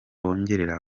wongerera